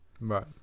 right